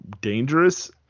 dangerous